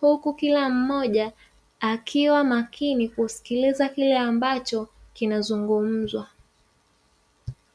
huku kila mmoja akiwa makini kusikiliza kile ambacho kinazungumzwa.